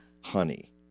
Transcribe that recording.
honey